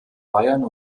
bayern